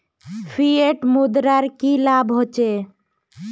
Fiat मुद्रार की लाभ होचे?